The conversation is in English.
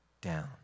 down